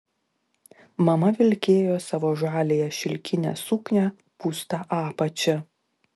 mama vilkėjo savo žaliąją šilkinę suknią pūsta apačia